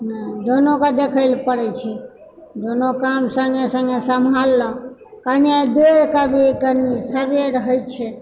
न दूनूके देखयलऽ पड़ैत छै दूनू काम सङ्गे सङ्गे सम्हालहुँ कने देर कभी कनि सबेर होय छै